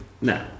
No